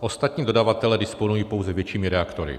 Ostatní dodavatelé disponují pouze většími reaktory.